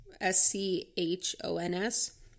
S-C-H-O-N-S